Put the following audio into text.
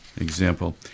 Example